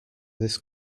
this